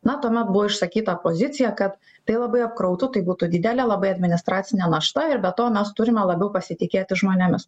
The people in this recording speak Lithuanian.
na tuomet buvo išsakyta pozicija kad tai labai apkrautų tai būtų didelė labai administracinė našta ir be to mes turime labiau pasitikėti žmonėmis